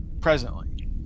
presently